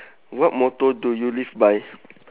what motto do you live by